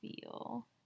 feel